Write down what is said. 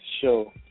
show